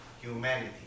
humanity